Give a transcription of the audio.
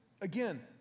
again